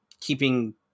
keeping